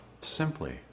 simply